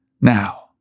Now